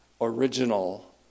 original